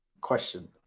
Question